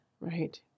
right